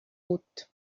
uut